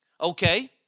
Okay